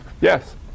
Yes